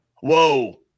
Whoa